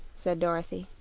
said dorothy.